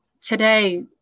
today